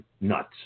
nuts